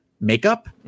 makeup